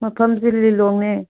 ꯃꯐꯝꯁꯦ ꯂꯤꯂꯣꯡꯅꯦ